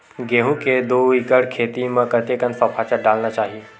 गेहूं के दू एकड़ खेती म कतेकन सफाचट डालना चाहि?